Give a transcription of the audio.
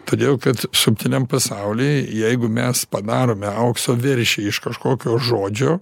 todėl kad subtiliam pasaulyje jeigu mes padarome aukso veršį iš kažkokio žodžio